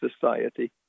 society